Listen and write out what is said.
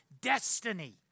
destiny